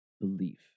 belief